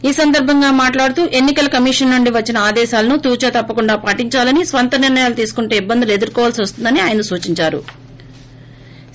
ఈ సందర్బంగా మాట్లాడుతూ ఎన్సి కల కమిషన్ నుండి వచ్చిన ఆదేశాలను తూచా తప్పకుండా పాటించాలని స్వంత నిర్ణయాలు తీసుకుంటే ఇబ్బందులు ఎదుర్కోవలసి వస్తుందని ఆయన సూచించారు